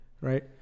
right